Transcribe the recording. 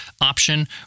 option